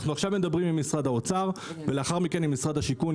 אנחנו עכשיו מדברים עם משרד האוצר ולאחר מכן עם משרד השיכון.